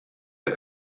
der